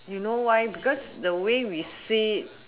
you know why because the way we say